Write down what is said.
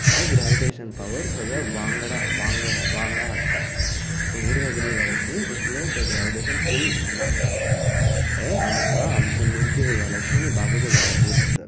हे gravitation power सगळ्या वांगडा वांगडा वांगडा हाडटा पूण इरेग्यलर गैलक्सीन इतले ग्रैविटेशन पूल ना हे आमकां आमचे मिल्की वे गैलक्सीनी बाकीचे गैलक्सी बद्दल